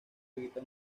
evita